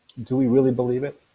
do we really believe it?